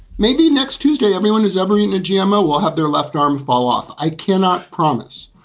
maybe next tuesday, everyone who's ever seen a gmo will have their left arm fall off. i cannot promise.